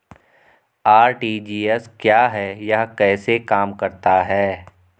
RTGS क्या है यह कैसे काम करता है?